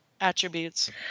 attributes